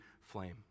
flame